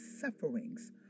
sufferings